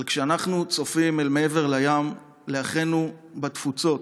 אבל כשאנחנו צופים אל מעבר לים, לאחינו בתפוצות,